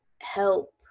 help